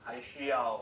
还需要